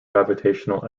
gravitational